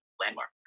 landmark